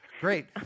Great